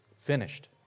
finished